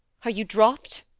are you dropped?